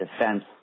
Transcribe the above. defense